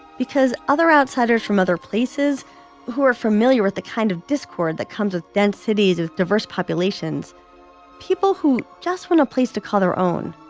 because other outsiders from other places who are familiar with the kind of discord that comes with dense cities of diverse populations people who just want a place to call their own.